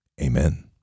Amen